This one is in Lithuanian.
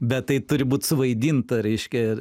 bet tai turi būt suvaidinta reiškia